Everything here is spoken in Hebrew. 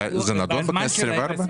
זה נדון בכנסת העשרים וארבע?